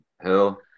hell